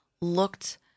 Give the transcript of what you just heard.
looked